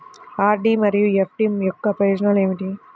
RD మరియు FD యొక్క ప్రయోజనాలు ఏమిటి?